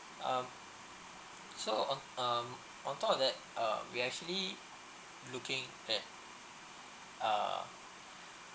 um so on um on top of that uh we actually looking at uh